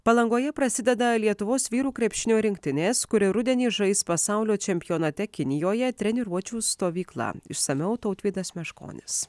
palangoje prasideda lietuvos vyrų krepšinio rinktinės kuri rudenį žais pasaulio čempionate kinijoje treniruočių stovykla išsamiau tautvydas meškonis